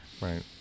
Right